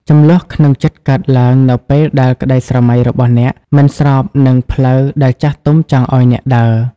ជម្លោះក្នុងចិត្តកើតឡើងនៅពេលដែលក្តីស្រមៃរបស់អ្នក មិនស្របនឹងផ្លូវដែលចាស់ទុំចង់ឱ្យអ្នកដើរ។